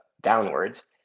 downwards